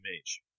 Mage